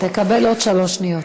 תקבל עוד שלוש שניות.